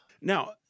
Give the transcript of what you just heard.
now